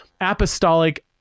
apostolic